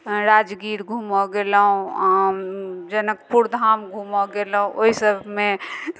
राजगीर घुमय गेलहुँ जनकपुर धाम घूमय गेलहुँ ओहि सभमे